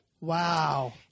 Wow